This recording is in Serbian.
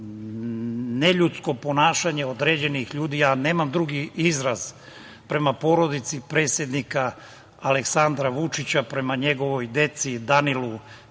neljudsko ponašanje određenih ljudi, ja nemam drugi izraz, prema porodici predsednika Aleksandra Vučića, prema njegovoj deci, Danilu,